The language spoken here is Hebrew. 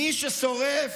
מי ששורף,